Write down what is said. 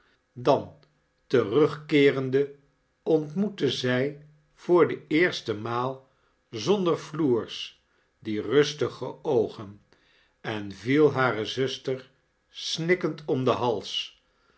dan terugkeerende ontmoette zij voor d eerstei maal zander floeire die rustige oogen en viel hare zuster snikkend om den hals